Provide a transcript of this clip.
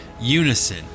unison